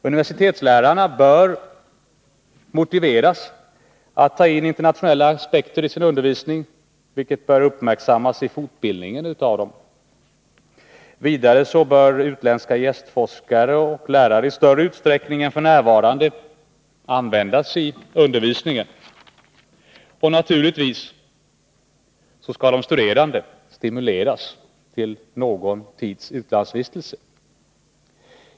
Universitetslärarna bör motiveras att ta in internationella aspekter i sin undervisning, vilket bör uppmärksammas i fortbildningen av dem. Vidare bör utländska gästforskare och lärare i större utsträckning än f. n. användas i undervisningen. Och naturligtvis skall de studerande stimuleras till någon tids utlandsvistelse.